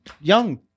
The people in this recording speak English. young